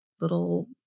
little